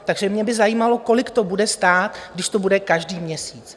Takže mě by zajímalo, kolik to bude stát, když to bude každý měsíc.